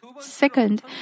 Second